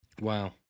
Wow